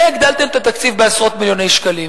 והגדלתם את התקציב בעשרות מיליוני שקלים.